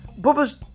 Bubba's